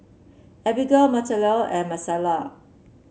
Abigail Marcela and Marisela